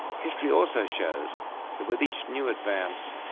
history also shows that with each new advance,